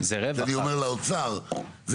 אני אומר לאוצר,